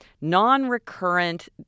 non-recurrent